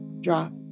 drop